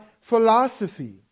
philosophy